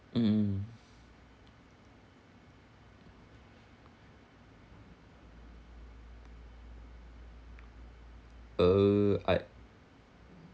mm mm uh I